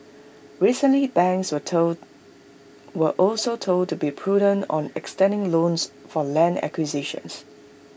recently banks were told were also told to be prudent on extending loans for land acquisitions